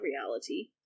reality